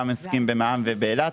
גם עסקים במע"מ ובאילת,